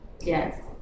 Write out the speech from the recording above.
Yes